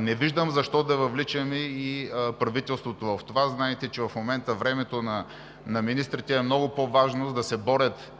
не виждам защо да въвличаме и правителството в това. Знаете, че в момента времето на министрите е много по-важно, за да се борят